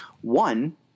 One